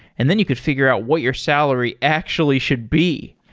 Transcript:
and then you could figure out what your salary actually should be.